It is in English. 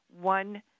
one